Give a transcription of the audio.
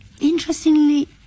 interestingly